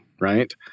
right